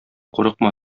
курыкма